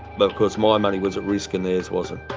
but of course my and money was at risk and theirs wasn't.